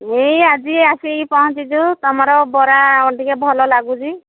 ଏଇ ଆଜି ଆସିକି ପହଞ୍ଚିଛୁ ତୁମର ବରା ଟିକେ ଭଲ ଲାଗୁଛି